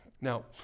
Now